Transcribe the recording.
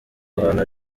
ahantu